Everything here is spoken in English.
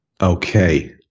Okay